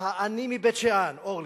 העני מבית-שאן, אורלי,